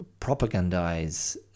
propagandize